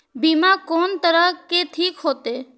बीमा कोन तरह के ठीक होते?